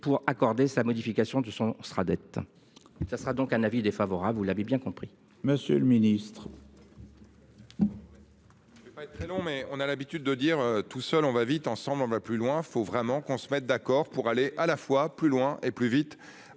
pour accorder sa modification de son sera dette. Ça sera donc un avis défavorable. Vous l'avez bien compris.